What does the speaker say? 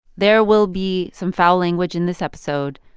there will be some foul language in this episode.